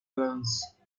alliance